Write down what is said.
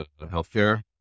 healthcare